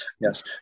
yes